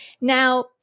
Now